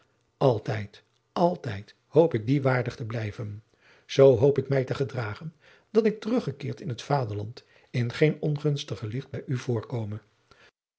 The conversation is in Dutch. altijd altijd hoop ik dia waardig te blijven zoo hoop ik mij te gedragen dat ik teruggekeerd in het vaderland in geen ongunstiger licht bij u voorkome